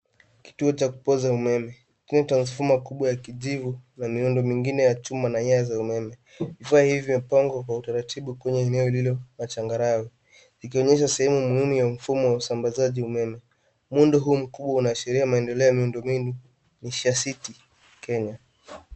Kituo cha kupoza umeme, chenye transfoma kubwa ya kijivu na miundo mingine ya chuma na nyaya za umeme. Vifaa hivyo vimepangwa kwa utaratibu kwenye eneo hilo la changarawe. Ikionyesha sehemu muhimu ya usambazaji wa umeme. Muundo huu mkubwa unaashiria mandhari ya miundombinu, Nisha City, Kenya.